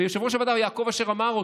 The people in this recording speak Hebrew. ויושב-ראש הוועדה יעקב אשר אמר אותו: